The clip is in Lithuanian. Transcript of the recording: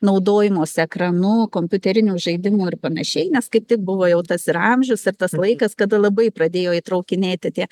naudojimosi ekranu kompiuterinių žaidimų ir panašiai nes kaip tik buvo jau tas ir amžius ir tas laikas kada labai pradėjo įtraukinėti tie